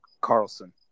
Carlson